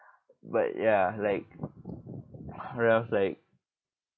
but ya like what else like